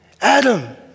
Adam